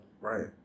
Right